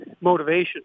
motivation